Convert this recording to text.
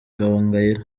gahongayire